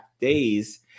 days